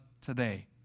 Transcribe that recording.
today